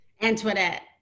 Antoinette